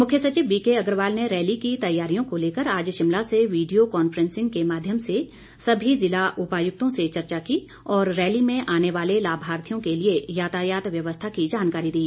मुख्य सचिव बीकेअग्रवाल ने रैली की तैयारियों को लेकर आज शिमला से वीडियो कॉन्फ्रेंसिंग के माध्यम से सभी ज़िला उपायुक्तों से चर्चा की और रैली में आने वाले लाभार्थियों के लिए यातायात व्यवस्था की जानकारी दी